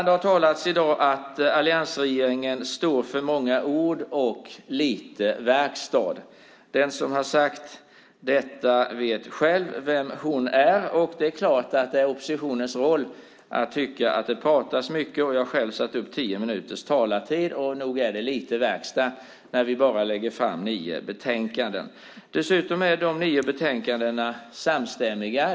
Det har i dag talats om att alliansregeringen står för många ord och lite verkstad. Den som har sagt detta vet själv vem hon är. Det är klart att det är oppositionens roll att tycka att det pratas mycket, och jag har själv satt upp tio minuters talartid. Nog är det lite verkstad när vi bara lägger fram nio betänkanden. Dessutom är de nio betänkandena samstämmiga.